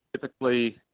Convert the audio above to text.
typically